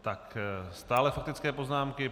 Tak stále faktické poznámky.